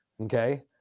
okay